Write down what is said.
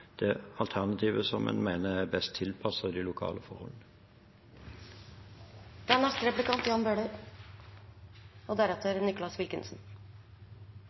det alternativet en mener er best tilpasset de lokale forholdene. Det er